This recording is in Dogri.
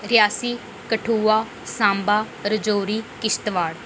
रियासी कठुआ सांबा रजौरी किश्तवाड़